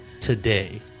today